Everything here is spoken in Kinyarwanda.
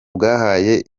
bwahaye